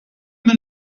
minn